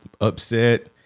upset